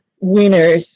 winners